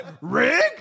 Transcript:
Rig